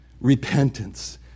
Repentance